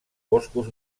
boscos